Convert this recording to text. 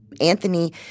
Anthony